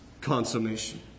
consummation